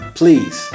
please